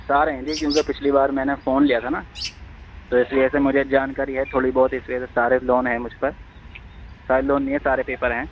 سارے ہیں جی کیونکہ پچھلی بار میں نے فون لیا تھا نا تو اس وجہ سے مجھے جانکاری ہے تھوڑی بہت اس وجہ سے سارے لون ہیں مجھ پر سارے لون نہیں ہیں سارے پیپر ہیں